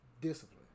discipline